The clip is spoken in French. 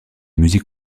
musique